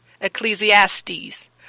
Ecclesiastes